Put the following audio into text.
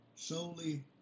Solely